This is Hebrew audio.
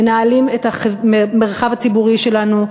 מנהלים את המרחב הציבורי שלנו,